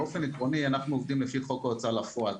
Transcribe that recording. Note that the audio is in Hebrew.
באופן עקרוני, אנחנו עובדים לפי חוק ההוצאה לפועל.